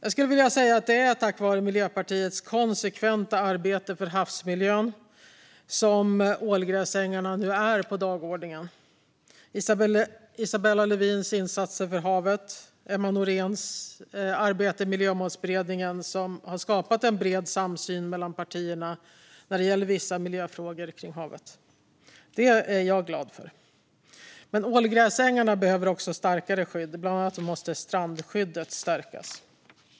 Det är nog tack vare Miljöpartiets konsekventa arbete för havsmiljön som ålgräsängarna står på dagordningen. Isabella Lövins insatser för havet och Emma Nohréns arbete i Miljömålsberedningen har skapat en bred samsyn mellan partierna när det gäller vissa miljöfrågor om havet. Det är jag glad för. Men ålgräsängarna behöver starkare skydd. Bland annat måste strandskyddet stärkas.